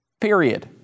period